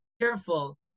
careful